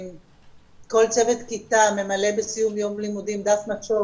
כל צוות כיתה ממלא בסיום יום לימודים דף משוב